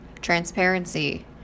Transparency